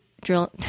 drill